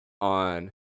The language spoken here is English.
on